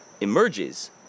emerges